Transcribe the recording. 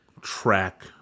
track